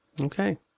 Okay